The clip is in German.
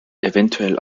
eventuell